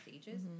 stages